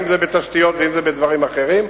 אם בתשתיות ואם בדברים אחרים.